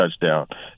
touchdown